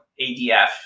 ADF